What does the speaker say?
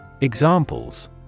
Examples